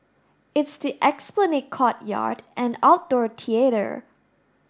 it's the Esplanade courtyard and outdoor